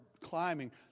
climbing